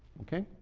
okay?